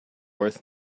worth